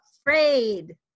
afraid